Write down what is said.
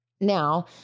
Now